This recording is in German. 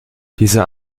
dieser